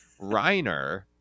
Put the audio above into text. Reiner